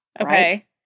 Okay